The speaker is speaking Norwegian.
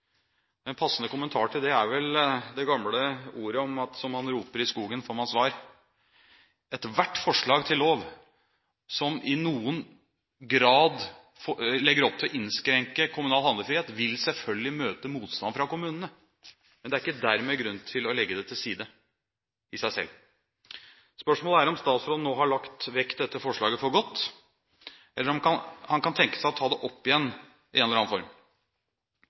En passende kommentar til det er vel det gamle ordet om at som man roper i skogen, får man svar. Ethvert forslag til lov som i noen grad legger opp til å innskrenke kommunal handlefrihet, vil selvfølgelig møte motstand fra kommunene, men det er i seg selv ingen grunn til å legge det til side. Spørsmålet er om statsråden nå har lagt vekk dette forslaget for godt, eller om han kan tenke seg å ta det opp igjen i en eller annen form.